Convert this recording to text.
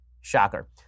Shocker